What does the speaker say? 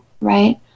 right